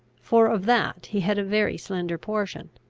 for of that he had a very slender portion,